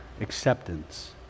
Acceptance